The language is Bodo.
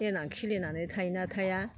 देनां खिलिनानै थायो ना थाइया